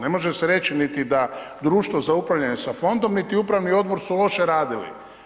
Ne može se reći niti da društvo za upravljanje sa fondom, niti upravni odbor su loše radili.